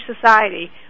society